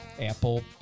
Apple